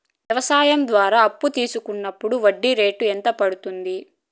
వ్యవసాయం ద్వారా అప్పు తీసుకున్నప్పుడు వడ్డీ రేటు ఎంత పడ్తుంది